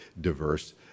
diverse